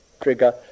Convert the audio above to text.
trigger